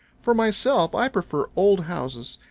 for myself i prefer old houses.